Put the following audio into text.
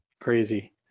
crazy